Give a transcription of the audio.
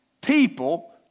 people